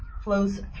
flows